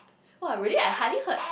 !wah! really I hardly heard